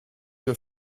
que